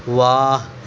واہ